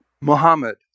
Muhammad